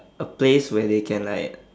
a place where they can like